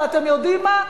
ואתם יודעים מה?